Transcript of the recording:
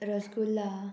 rasgulla